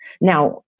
Now